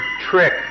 trick